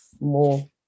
more